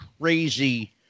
crazy